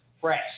fresh